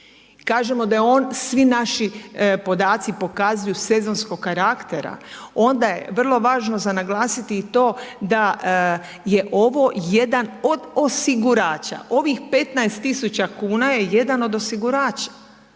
kažemo da je on, svi naši podaci pokazuju sezonskog karaktera, onda je vrlo važno za naglasiti i to da je ovo jedan od osigurača. Ovih 15.000,00 kn je jedan od osigurača